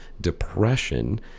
depression